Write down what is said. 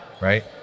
Right